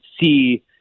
see